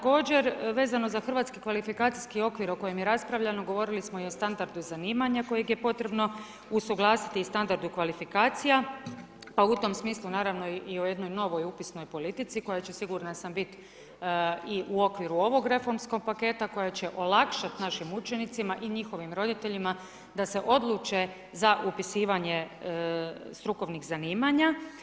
Također vezano za hrvatski kvalifikacijski okvir o kojem je raspravljano govorili smo i o standardu zanimanja kojeg je potrebno usuglasiti i standardu kvalifikacija, pa u tom smislu naravno i o jednoj novoj upisnoj politici koja će sigurna sam bit i u okviru ovog reformskog paketa, koja će olakšati našim učenicima i njihovim roditeljima da se odluče za upisivanje strukovnih zanimanja.